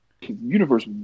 Universe